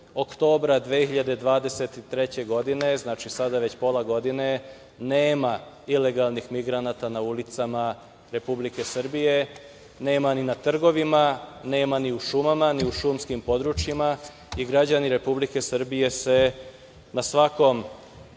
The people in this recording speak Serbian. oktobra 2023. godine, znači sada već pola godine, nema ilegalnih migranata na ulicama Republike Srbije. Nema ni na trgovima, nema ni u šumama, ni u šumskim područjima i građani Republike Srbije se na svakom